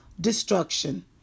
destruction